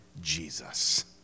Jesus